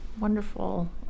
wonderful